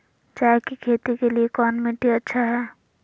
चाय की खेती के लिए कौन मिट्टी अच्छा हाय?